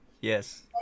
Yes